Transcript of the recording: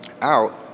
out